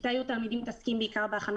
בכיתה י' תלמידים מתעסקים בעיקר בהכנה